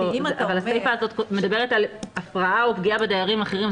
הסיפא הזאת מדברת על הפרעה או פגיעה בדיירים אחרים,